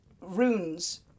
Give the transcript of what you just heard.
runes